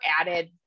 added